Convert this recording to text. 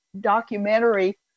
documentary